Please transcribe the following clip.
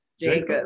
Jacob